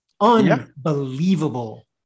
Unbelievable